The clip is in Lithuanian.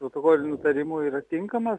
protokoliniu nutarimu yra tinkama